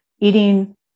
eating